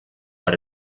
per